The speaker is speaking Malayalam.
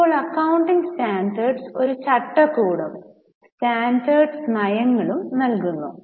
ഇപ്പോൾ അക്കൌണ്ടിംഗ് സ്റ്റാൻഡേർഡ്സ് ഒരു ചട്ടക്കൂടും സ്റ്റാൻഡേർഡ് നയങ്ങളും നൽകുന്നു